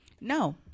No